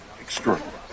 extraordinary